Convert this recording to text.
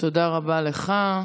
תודה רבה לך.